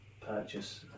purchase